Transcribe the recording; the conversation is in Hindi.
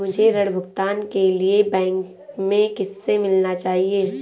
मुझे ऋण भुगतान के लिए बैंक में किससे मिलना चाहिए?